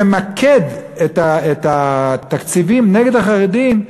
למקד את התקציבים נגד החרדים,